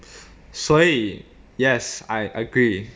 所以 yes I agree